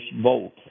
Volt